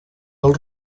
del